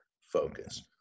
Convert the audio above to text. focus